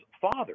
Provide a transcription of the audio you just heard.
father